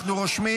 אנחנו רושמים